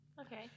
Okay